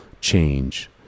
change